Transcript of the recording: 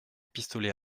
pistolet